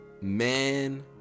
Man